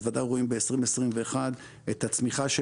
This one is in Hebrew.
ובוודאי רואים ב-2021 את הצמיחה של